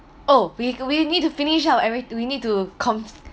oh we we need to finish out and we need to com~